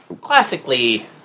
classically